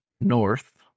North